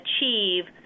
achieve